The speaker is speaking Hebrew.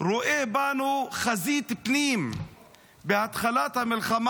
רואה בנו חזית פנים בתחילת המלחמה,